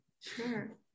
Sure